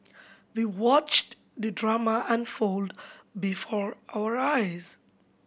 we watched the drama unfold before our eyes